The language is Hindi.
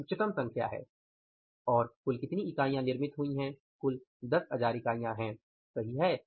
यह उच्चतम संख्या है और कुल कितनी इकाइयाँ निर्मित हुई हैं कुल 10000 इकाइयाँ हैं सही है